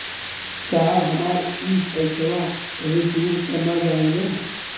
साहब हमार इ पइसवा कहि डूब त ना जाई न?